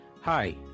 hi